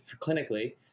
clinically